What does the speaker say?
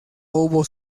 hubo